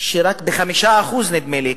שרק 5% נדמה לי,